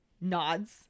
nods